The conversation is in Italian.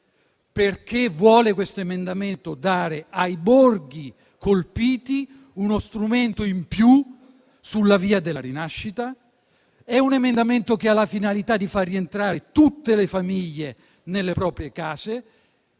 perché vuole dare ai borghi colpiti uno strumento in più sulla via della rinascita; è un emendamento che ha la finalità di far rientrare tutte le famiglie nelle proprie case